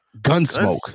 Gunsmoke